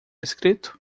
escrito